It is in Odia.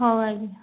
ହେଉ ଆଜ୍ଞା